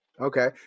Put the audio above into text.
Okay